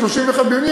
ב-31 ביולי,